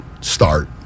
start